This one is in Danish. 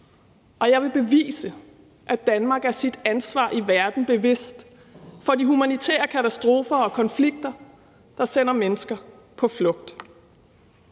og jeg vil bevise, at Danmark er sit ansvar i verden bevidst i forhold til de humanitære katastrofer og konflikter, der sender mennesker på flugt.